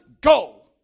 go